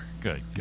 Good